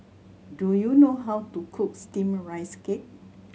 do you know how to cook Steamed Rice Cake